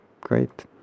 great